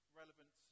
relevant